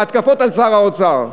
בהתקפות על שר האוצר.